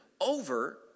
over